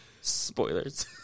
Spoilers